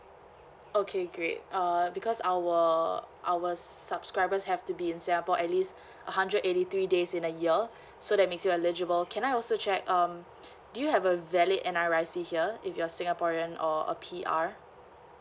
okay great uh because our our subscribers have to be in singapore at least a hundred eighty three days in a year so that makes you eligible can I also check um do you have a valid N_R_I_C here if you're singaporean or a P_R